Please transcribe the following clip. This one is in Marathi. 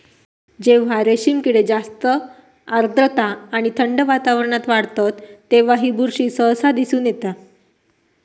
जेव्हा रेशीम किडे जास्त आर्द्रता आणि थंड वातावरणात वाढतत तेव्हा ही बुरशी सहसा दिसून येता